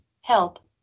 help